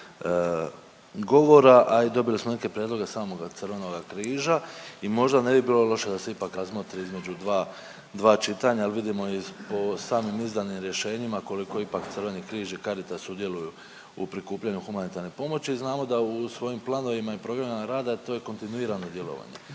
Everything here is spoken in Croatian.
govora, a i dobili smo neke prijedloge samoga Crvenoga križa i možda ne bi bilo loše da se ipak razmotri između dva, dva čitanja jer vidimo i po samim izdanim rješenjima koliko ipak Crveni križ i Caritas sudjeluju u prikupljanju humanitarne pomoći i znamo da u svojim planovima i programima rada to je kontinuirano djelovanje.